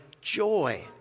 joy